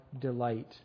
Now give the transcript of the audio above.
delight